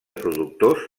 productors